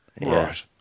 Right